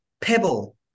pebble